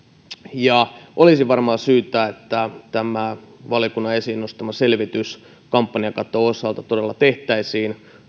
olisi varmaan syytä että tämä valiokunnan esiin nostama selvitys kampanjakaton osalta todella tehtäisiin